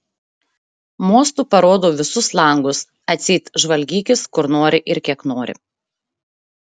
mostu parodau visus langus atseit žvalgykis kur nori ir kiek nori